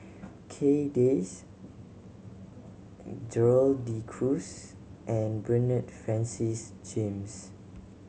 Kay Das Gerald De Cruz and Bernard Francis James